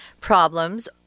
problems